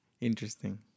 Interesting